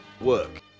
Work